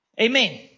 Amen